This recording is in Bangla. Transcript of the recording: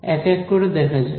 এক এক করে দেখা যাক